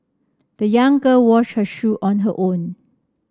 the young girl washed her shoe on her own